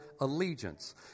allegiance